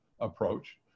approach